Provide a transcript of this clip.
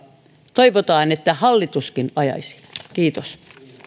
toivotaan että hallituskin ajaisi kiitos